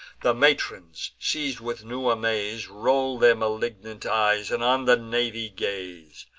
the matrons, seiz'd with new amaze, roll their malignant eyes, and on the navy gaze.